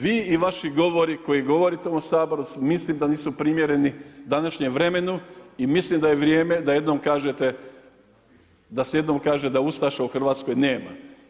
Vi i vaši govori koji govorite u ovom Saboru, mislim da nisu primjereni današnjem vremenu i mislim da je vrijeme da jednom kažete da se jednom kaže da ustaša u Hrvatskoj nema.